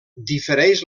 difereix